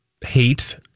hate